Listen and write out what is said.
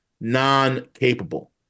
non-capable